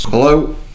Hello